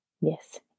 yes